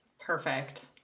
Perfect